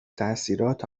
تاثیرات